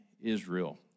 Israel